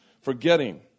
Forgetting